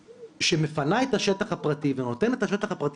שמפנה את השטח הפרטי ונותנת את השטח הפרטי